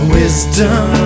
wisdom